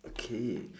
okay